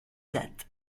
date